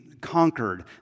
conquered